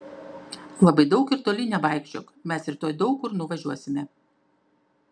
labai daug ir toli nevaikščiok mes rytoj daug kur nuvažiuosime